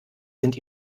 sind